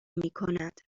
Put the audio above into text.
میکند